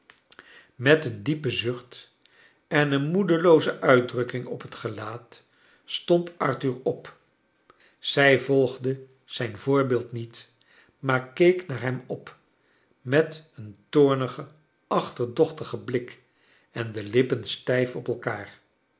met een diepen zucht en een moe'delooze uitdrukking op het gelaat stond arthur op zij volgde zijn voorbeeld niet maar keek naar hem op met een toornigen achterdochtigen blik en de lippen stijf op elkaar